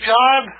John